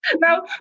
Now